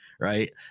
right